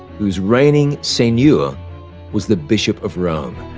whose reigning seigneur was the bishop of rome.